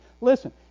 listen